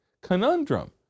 conundrum